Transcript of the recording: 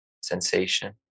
sensation